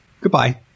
Goodbye